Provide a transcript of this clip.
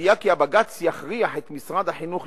הציפייה כי בג"ץ יכריח את משרד החינוך